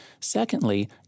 Secondly